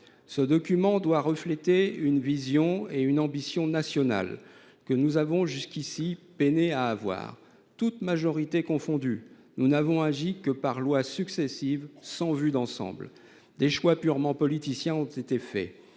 Ce document doit refléter une vision et une ambition nationales que nous avons jusqu’ici peiné à avoir. Toutes majorités confondues, nous n’avons agi que par lois successives, sans vue d’ensemble. Des choix purement politiciens ont été faits,